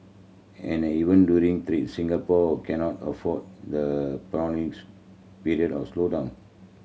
and even during threats Singapore cannot afford the prolonged period of slowdown